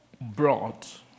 brought